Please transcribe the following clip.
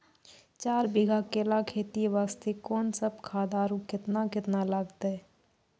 चार बीघा केला खेती वास्ते कोंन सब खाद आरु केतना केतना लगतै?